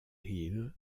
hill